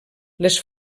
les